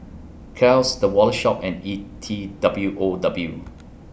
Kiehl's The Wallet Shop and E T W O W